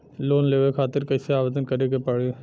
Loan लेवे खातिर कइसे आवेदन करें के पड़ी?